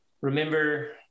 remember